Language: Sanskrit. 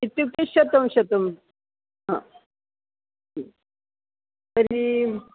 इत्युक्ते शतं शतं तर्हि